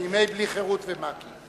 בימי "בלי חרות ומק"י".